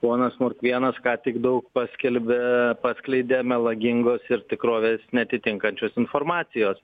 ponas morkvėnas ką tik daug paskelbė paskleidė melagingos ir tikrovės neatitinkančios informacijos